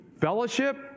fellowship